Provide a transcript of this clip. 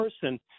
person